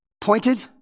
pointed